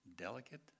delicate